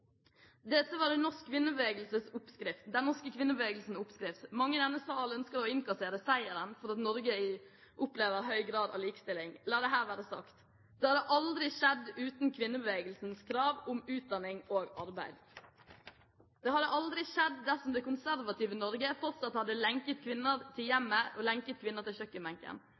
Dette var den norske kvinnebevegelsens oppskrift. Mange i denne sal ønsker å innkassere seieren for at Norge opplever en høy grad av likestilling. La dette være sagt: Det hadde aldri skjedd uten kvinnebevegelsens krav om utdanning og arbeid. Det hadde aldri skjedd dersom det konservative Norge fortsatt hadde lenket kvinner til hjemmet, lenket kvinner til